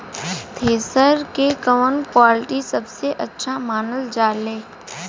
Thresher के कवन quality सबसे अच्छा मानल जाले?